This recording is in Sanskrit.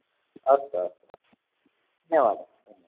अस्तु अस्तु अस्तु धन्यवादः धन्यवादः